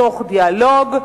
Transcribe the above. תוך דיאלוג,